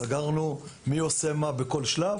סגרנו מי עושה מה בכל שלב.